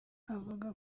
avuga